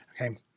Okay